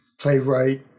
playwright